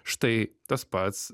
štai tas pats